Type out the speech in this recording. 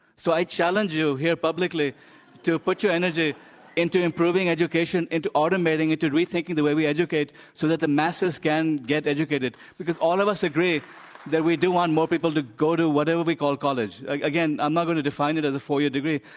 so i challenge you here publicly to put your energy into improving education, into automating, into rethinking the way we educate so that the masses can get educated because all of us agree that we do want more people to go to whatever we call college. again, i'm not going to define it as a four-year degree,